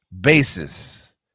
basis